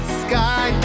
sky